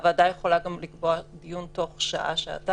הוועדה יכולה לקבוע דיון גם תוך שעה-שעתיים.